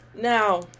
Now